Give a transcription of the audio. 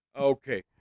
Okay